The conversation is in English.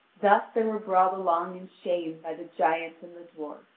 thus they were brought along in shame by the giant and the dwarf.